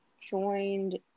joined